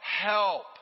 help